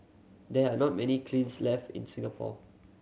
there are not many kilns left in Singapore